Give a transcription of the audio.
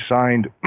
signed